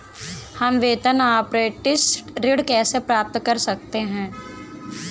हम वेतन अपरेंटिस ऋण कैसे प्राप्त कर सकते हैं?